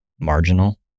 marginal